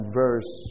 verse